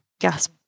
gas